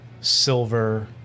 silver